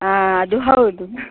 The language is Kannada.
ಆಂ ಅದು ಹೌದು